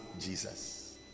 Jesus